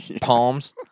palms